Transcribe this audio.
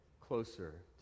closer